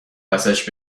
ازش